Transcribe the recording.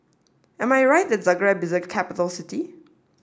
am I right that Zagreb is a capital city